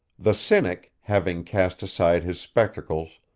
the cynic, having cast aside his spectacles,